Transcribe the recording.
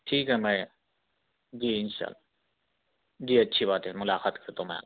ٹھیک ہے میں جی ان شا اللہ جی اچھی بات ہے ملاقات کرتا ہوں میں آپ سے